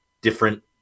different